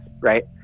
right